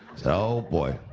oh, boy.